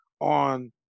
on